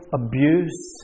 abuse